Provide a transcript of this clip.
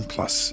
Plus